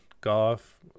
golf